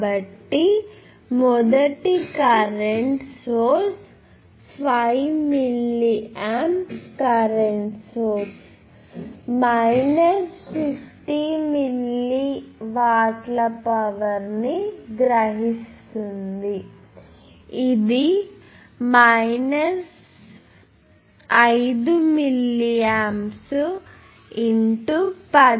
కాబట్టి మొదటి current source 5 milliamp current source minus 50 milli వాట్ల పవర్ ని గ్రహిస్తుంది ఇది మైనస్ 5 మిల్లీయాంప్స్ 10 వోల్ట్లు